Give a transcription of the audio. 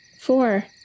Four